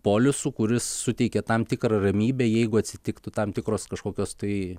polisu kuris suteikia tam tikrą ramybę jeigu atsitiktų tam tikros kažkokios tai